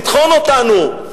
לטחון אותנו,